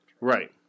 Right